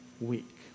week